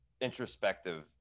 introspective